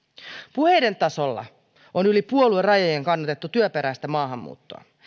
puheiden tasolla on yli puoluerajojen kannatettu työperäistä maahanmuuttoa